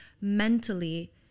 mentally